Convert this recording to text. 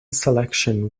selection